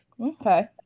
Okay